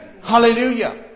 Hallelujah